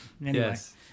yes